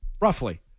Roughly